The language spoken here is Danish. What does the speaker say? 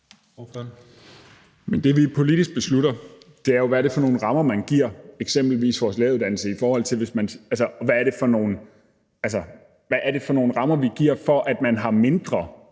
Men det, som vi politisk beslutter, er jo, hvad det er for nogle rammer, man eksempelvis giver vores læreruddannelse. Altså, hvad er det for nogle rammer, vi giver, for, at man har mindre